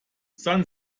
san